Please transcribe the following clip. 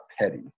petty